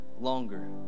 longer